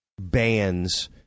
bands